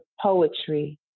poetry